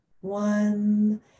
One